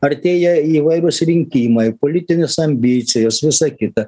artėja įvairūs rinkimai politinės ambicijos visa kita